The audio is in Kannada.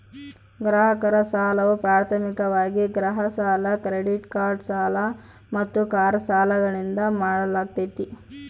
ಗ್ರಾಹಕರ ಸಾಲವು ಪ್ರಾಥಮಿಕವಾಗಿ ಗೃಹ ಸಾಲ ಕ್ರೆಡಿಟ್ ಕಾರ್ಡ್ ಸಾಲ ಮತ್ತು ಕಾರು ಸಾಲಗಳಿಂದ ಮಾಡಲಾಗ್ತೈತಿ